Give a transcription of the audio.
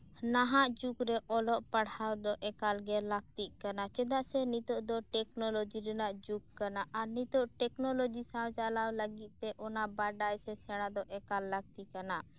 ᱱᱟᱦᱟᱜ ᱡᱩᱜᱽ ᱨᱮ ᱚᱞᱚᱜ ᱯᱟᱲᱦᱟᱣ ᱫᱚ ᱮᱠᱟᱞᱜᱮ ᱞᱟᱹᱜᱛᱤᱜ ᱠᱟᱱᱟ ᱪᱮᱫᱟᱜ ᱥᱮ ᱱᱤᱛᱚᱜ ᱫᱚ ᱴᱮᱠᱱᱚᱞᱚᱡᱤ ᱨᱮᱱᱟᱜ ᱡᱩᱜᱽ ᱠᱟᱱᱟ ᱟᱨ ᱱᱤᱛᱚᱜ ᱴᱮᱠᱱᱚᱞᱡᱤ ᱥᱟᱶ ᱪᱟᱞᱟᱣ ᱞᱟᱹᱜᱤᱫ ᱛᱮ ᱚᱱᱟ ᱵᱟᱰᱟᱭ ᱥᱮ ᱥᱮᱬᱟ ᱫᱚ ᱮᱠᱟᱞ ᱞᱟᱹᱠᱛᱤᱠᱟᱱᱟ